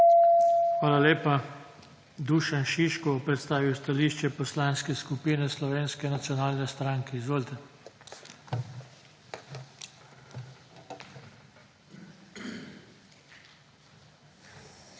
Hvala lepa. Dušan Šiško bo predstavil stališče Poslanske skupine Slovenske nacionalne stranke. Izvolite. **DUŠAN